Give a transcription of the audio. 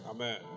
Amen